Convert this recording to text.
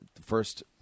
First